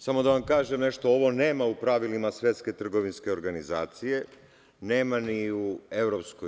Samo da vam kažem nešto ovo nema u pravilima Svetske trgovinske organizacije, nema ni u EU.